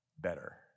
better